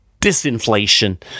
disinflation